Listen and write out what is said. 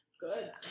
good